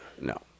No